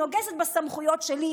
נוגסת בסמכויות שלי,